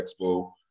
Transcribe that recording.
Expo